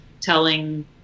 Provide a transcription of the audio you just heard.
telling